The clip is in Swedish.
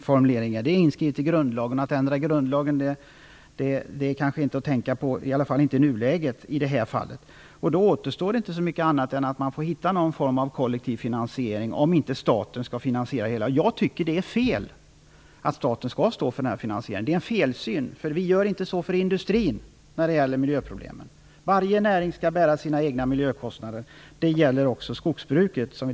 Det är inskrivet i grundlagen. Men att ändra grundlagen är kanske inte att tänka på i nuläget. Då återstår inte så mycket annat än att man får hitta någon form av kollektiv finansiering, om inte staten skall finansiera det hela. Jag tycker att det är fel att staten skall stå för finansieringen. Staten gör inte det för industrin när det gäller miljöproblemen. Varje näring skall bära sina egna miljökostnader. Det gäller också skogsbruket.